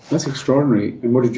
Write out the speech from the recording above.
that's extraordinary. what did you